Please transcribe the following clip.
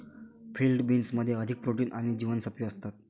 field बीन्समध्ये अधिक protein आणि जीवनसत्त्वे असतात